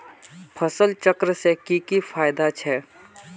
फसल चक्र से की की फायदा छे?